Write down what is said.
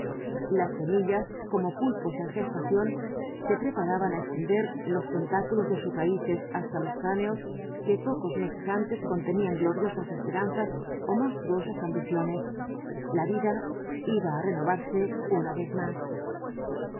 las semillas como pulpos en gestación se preparaban á extender los tentáculos de sus raíces hasta los cráneos que pocos meses antes contenían gloriosas esperanzas ó monstruosas ambiciones la vida iba á renovarse una vez más